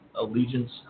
allegiance